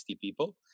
people